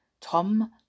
Tom